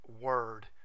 word